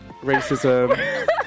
Racism